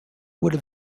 would